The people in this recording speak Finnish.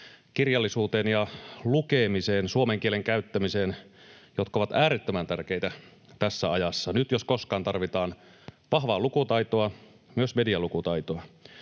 kirjallisuuteen ja lukemiseen, suomen kielen käyttämiseen, jotka ovat äärettömän tärkeitä tässä ajassa. Nyt jos koskaan tarvitaan vahvaa lukutaitoa ja myös medialukutaitoa.